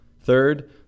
Third